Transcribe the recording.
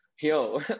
yo